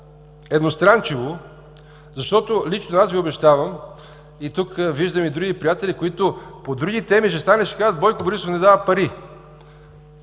едностранчиво, защото лично аз Ви обещавам, тук виждам и други приятели, които по други теми ще станат и ще кажат : Бойко Борисов не дава пари,